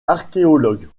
archéologue